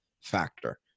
factor